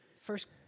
First